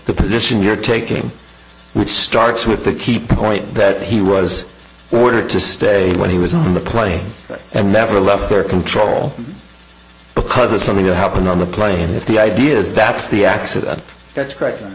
the position you're taking which starts with the key point that he was ordered to stay when he was on the play and never left their control because of something to happen on the plane if the ideas that's the accident that's correct